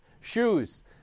shoes